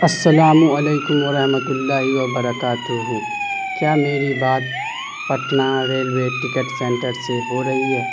السلام علیکم و رحمت اللہ وبرکاتہ کیا میری بات پٹنہ ریلوے ٹکٹ سینٹر سے ہو رہی ہے